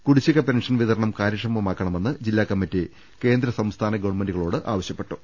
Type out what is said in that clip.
കുടിശ്ശിക പെൻഷൻ വിതരണം കാര്യക്ഷമമാക്കണമെന്ന് ജില്ലാ കമ്മിറ്റി കേന്ദ്ര സംസ്ഥാന ഗവൺമെന്റുകളോട് ആവശ്യപ്പെട്ടു